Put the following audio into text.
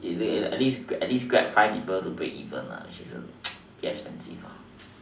wait at least at least grab five people to break even a bit expensive